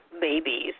babies